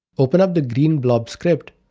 open up the green blob script,